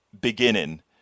beginning